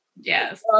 Yes